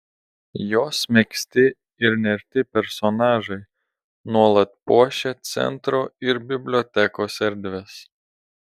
jos megzti ir nerti personažai nuolat puošia centro ir bibliotekos erdves